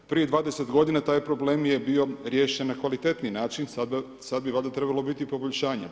Prije 20 g. taj je problem bio riješen na kvalitetniji način, sada bi valjda trebalo biti poboljšanja.